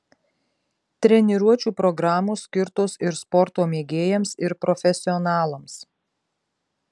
treniruočių programos skirtos ir sporto mėgėjams ir profesionalams